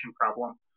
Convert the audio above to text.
problem